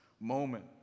moment